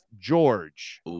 George